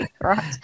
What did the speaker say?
Right